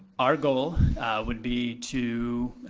our goal would be to